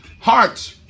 hearts